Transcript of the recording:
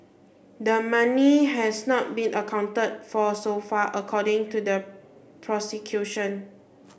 the money has not been accounted for so far according to the prosecution